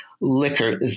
liquor